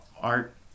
art